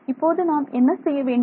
இப்போது நாம் என்ன செய்ய வேண்டும்